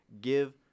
Give